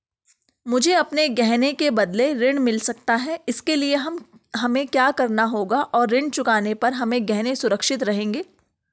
मुझे अपने गहने के बदलें ऋण मिल सकता है इसके लिए हमें क्या करना होगा और ऋण चुकाने पर हमारे गहने सुरक्षित रहेंगे?